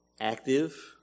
active